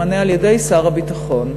מתמנה על-ידי שר הביטחון,